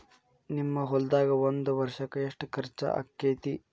ನಿಮ್ಮ ಹೊಲ್ದಾಗ ಒಂದ್ ವರ್ಷಕ್ಕ ಎಷ್ಟ ಖರ್ಚ್ ಆಕ್ಕೆತಿ?